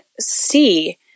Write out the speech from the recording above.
see